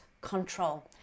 control